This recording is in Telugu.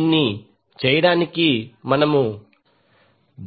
దీన్ని చేయడానికి మనము